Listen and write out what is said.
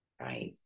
right